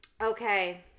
Okay